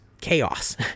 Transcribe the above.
chaos